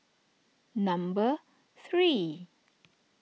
number three